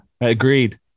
agreed